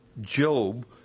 Job